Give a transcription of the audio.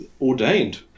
ordained